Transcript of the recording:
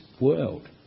world